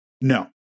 No